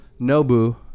Nobu